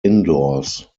indoors